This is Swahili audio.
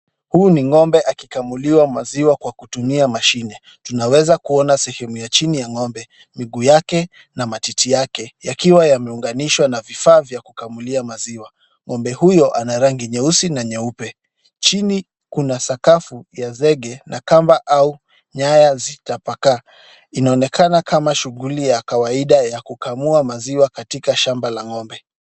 Huyu ni ngombe akikamuliwa maziwa kwa kutumia mashine. Tunaweza kuona sehemu ya chini ya ng'ombe, miguu yake na matiti yake yakiwa yameunganishwa na vifaa vya kukamulia maziwa. Ng'ombe huyo ana rangi nyeusi na nyeupe. Chini kuna sakafu ya zege na kamba au nyaya zikitapakaa. Inaonekana kama shughuli ya kawaida ya kukamua maziwa katika shamba la ng'ombe.